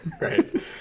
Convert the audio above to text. right